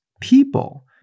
people